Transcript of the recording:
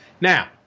Now